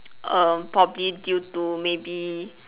err probably due to maybe